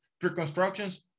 pre-constructions